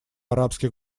арабских